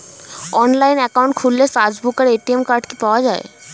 Online account খুললে passbook আর ATM card কি পাওয়া যায়?